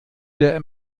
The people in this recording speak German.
der